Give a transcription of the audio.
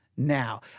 Now